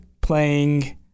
Playing